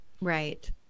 Right